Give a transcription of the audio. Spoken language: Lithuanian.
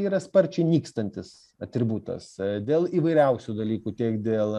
yra sparčiai nykstantis atributas dėl įvairiausių dalykų tiek dėl